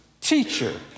teacher